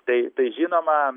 tai tai žinoma